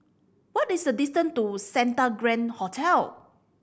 what is a distance to Santa Grand Hotel